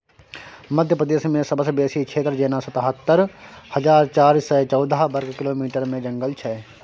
मध्य प्रदेशमे सबसँ बेसी क्षेत्र जेना सतहत्तर हजार चारि सय चौदह बर्ग किलोमीटरमे जंगल छै